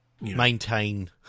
Maintain